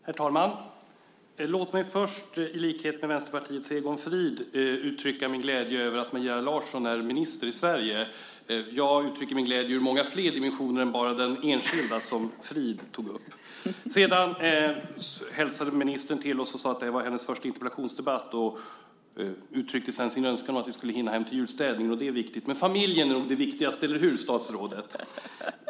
Herr talman! Låt mig först i likhet med Vänsterpartiets Egon Frid få uttrycka glädje över att Maria Larsson är minister i Sverige. Jag uttrycker glädje utifrån många flera dimensioner, inte bara den enskilda som Frid tog upp. Ministern hälsade till oss och sade att det här är hennes första interpellationsdebatt. Hon uttryckte sedan sin önskan om att hinna hem till julstädningen. Det är viktigt. Men familjen är nog det viktigaste, eller hur, statsrådet?